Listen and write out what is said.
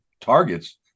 targets